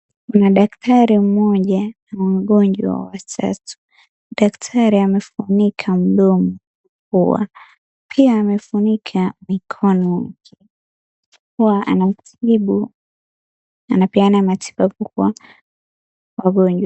Kuna daktari mmoja, na wagonjwa watatu. Daktari amefunika mdomo, pua, pia amefunika mikono, huwa anamtibu, anapeana matibabu kwa wagonjwa.